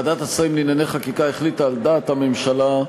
ועדת השרים לענייני חקירה החליטה, על דעת הממשלה,